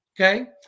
okay